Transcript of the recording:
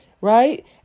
right